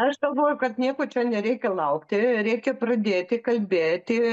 aš galvoju kad nieko čia nereikia laukti reikia pradėti kalbėti